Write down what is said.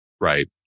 right